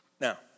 Now